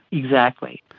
exactly.